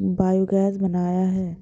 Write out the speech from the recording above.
biogas बनाया है